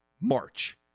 March